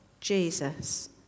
Jesus